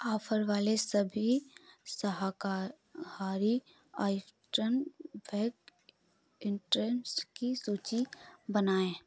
offer वाले सभी शाकाहारी आइटम वेग इंटेंस की सूची बनाएँ